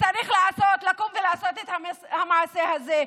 צריך לקום ולעשות את המעשה הזה.